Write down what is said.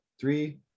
three